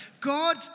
God